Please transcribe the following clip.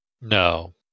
no